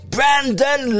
Brandon